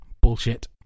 bullshit